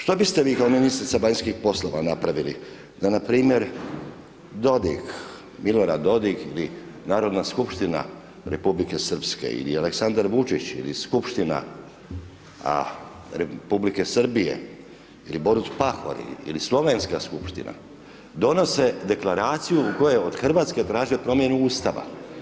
Što biste vi kao ministrica vanjskih poslova napravili da npr. Dodik, Milorad Dodik ili Narodna skupština Republike Srpske ili Aleksandar Vučić ili skupština a Republike Srbije ili Borut Pahor ili slovenska skupština donose Deklaraciju u kojoj od Hrvatske traže promjenu Ustava?